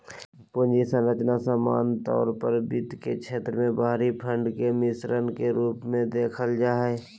पूंजी संरचना सामान्य तौर पर वित्त के क्षेत्र मे बाहरी फंड के मिश्रण के रूप मे देखल जा हय